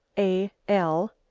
a. l,